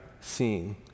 seeing